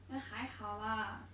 还好啦